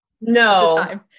No